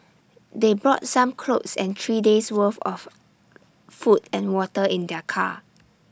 they brought some clothes and three days' worth of food and water in their car